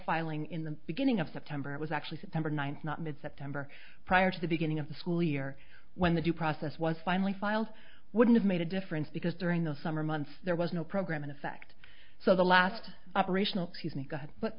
filing in the beginning of september it was actually september ninth not mid september prior to the beginning of the school year when the due process was finally filed would have made a difference because during the summer months there was no program in effect so the last operational he's any good but